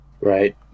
Right